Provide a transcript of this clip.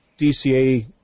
DCA